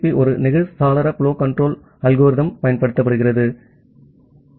B ஒரு நெகிழ் சாளர புலோ கன்ட்ரோல் அல்கோரிதம் இதனுடன் go back N ARQ கொள்கைக்குத் திரும்ப பயன்படுத்துகிறது